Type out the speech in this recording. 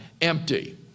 empty